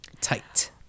tight